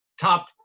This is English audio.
top